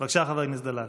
חבר הכנסת דלל.